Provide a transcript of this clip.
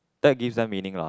that gives them meaning lah